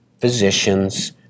physicians